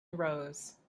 rose